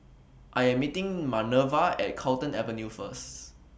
I Am meeting Manerva At Carlton Avenue First